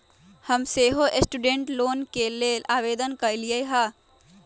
हम सेहो student loan के लेल आवेदन कलियइ ह